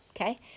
Okay